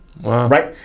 Right